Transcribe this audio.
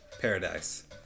Paradise